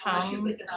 come